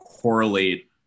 correlate